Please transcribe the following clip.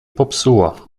popsuła